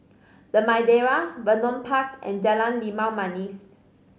The Madeira Vernon Park and Jalan Limau Manis